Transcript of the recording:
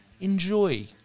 enjoy